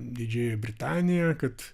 didžiąją britaniją kad